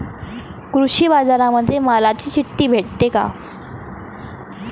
कृषीबाजारामंदी मालाची चिट्ठी भेटते काय?